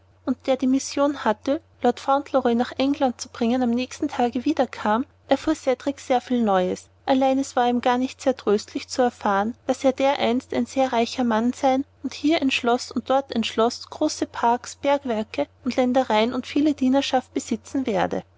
und der die mission hatte lord fauntleroy nach england zu bringen am nächsten tage wiederkam erfuhr cedrik sehr viel neues allein es war ihm gar nicht sehr tröstlich zu erfahren daß er dereinst ein sehr reicher mann sein und hier ein schloß und dort ein schloß große parks bergwerke und ländereien und viele dienerschaft besitzen werde